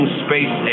space